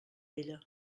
ella